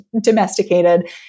domesticated